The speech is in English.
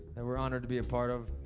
that we're honored to be a part of.